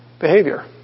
behavior